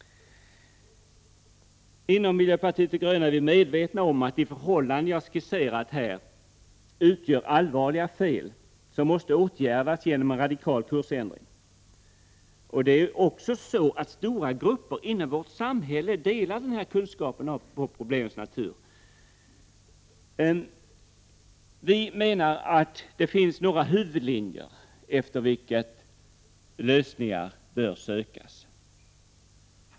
Inom miljöpartiet de gröna är vi medvetna om att de förhållanden som jag har skisserat utgör allvarliga fel som måste åtgärdas genom en radikal kursändring. Stora grupper i vårt samhälle delar denna kunskap om problemens natur. Vi menar att det finns några huvudlinjer efter vilka lösningar bör sökas.